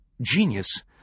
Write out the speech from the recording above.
Genius